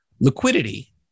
Liquidity